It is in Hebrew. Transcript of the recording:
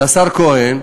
לשר כהן,